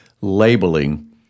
labeling